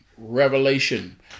revelation